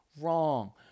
wrong